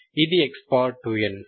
ఇది x2n